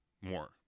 more